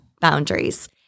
boundaries